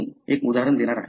मी एक उदाहरण देणार आहे